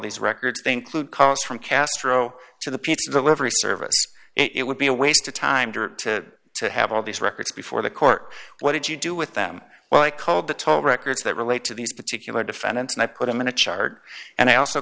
these records think lucullus from castro to the pizza delivery service it would be a waste of time to to have all these records before the court what did you do with them well i called the toll records that relate to these particular defendants and i put them in a chart and i also